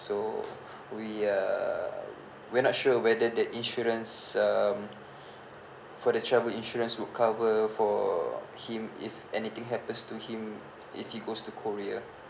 so we uh we're not sure whether that insurance um for the travel insurance would cover for him if anything happens to him if he goes to korea